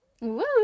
Woo